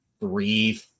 three